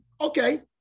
okay